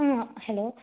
ம் ஹலோ